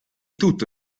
tutto